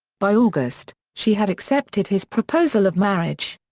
by august, she had accepted his proposal of marriage.